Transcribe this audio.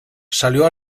salió